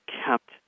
kept